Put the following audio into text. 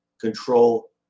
control